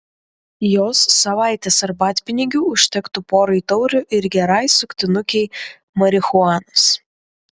jos savaitės arbatpinigių užtektų porai taurių ir gerai suktinukei marihuanos